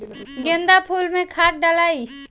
गेंदा फुल मे खाद डालाई?